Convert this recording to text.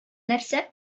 нәрсә